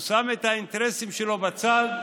הוא שם את האינטרסים שלו בצד,